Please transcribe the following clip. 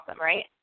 right